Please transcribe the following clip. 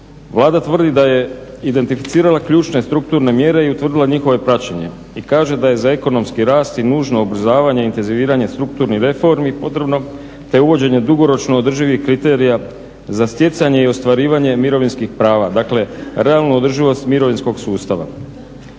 Vlada tvrdi da je identificirala ključne strukturne mjere i utvrdila njihova praćenja i kaže da je za ekonomski rast i nužno ubrzavanje, inteziviranje strukturnih reformi potrebno te uvođenje dugoročno održivih kriterija za stjecanje i ostvarivanje mirovinskih prava. Dakle, realna održivost mirovinskog sustava.